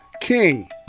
king